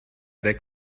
weg